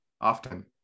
often